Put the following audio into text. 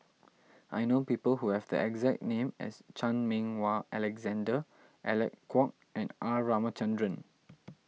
I know people who have the exact name as Chan Meng Wah Alexander Alec Kuok and R Ramachandran